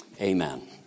Amen